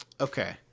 Okay